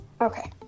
Okay